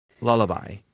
lullaby